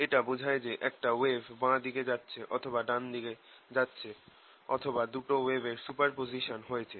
এটা বোঝায় যে একটা ওয়েভ বাঁ দিকে যাচ্ছে অথবা একটা ডান দিকে যাচ্ছে অথবা দুটো ওয়েভের সুপারপজিসান হয়েছে